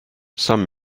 some